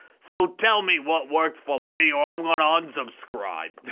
so tell me what works for me or i'm gonna unsubscribe!